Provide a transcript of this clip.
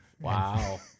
Wow